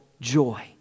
joy